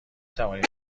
توانید